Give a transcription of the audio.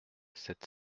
sept